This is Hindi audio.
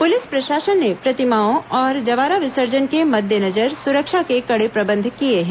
पुलिस प्रशासन ने प्रतिमाओं और जवारा विसर्जन के मद्देनजर सुरक्षा के कड़े प्रबंध किए हैं